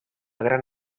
gran